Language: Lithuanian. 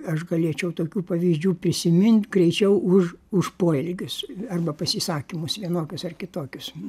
aš galėčiau tokių pavyzdžių prisimint greičiau už už poelgius arba pasisakymus vienokius ar kitokius